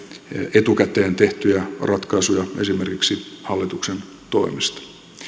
etukäteen tehtyjä ratkaisuja esimerkiksi hallituksen toimesta